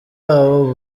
abo